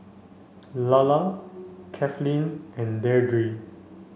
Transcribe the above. Lalla Kathlene and Deirdre